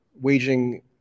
waging